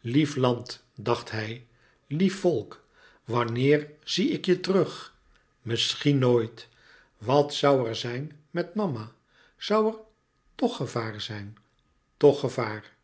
lief land dacht hij lief volk wanneer zie ik je terug misschien nooit wat louis couperus metamorfoze zoû er zijn met mama zoû er tch gevaar zijn tch gevaar